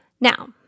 Now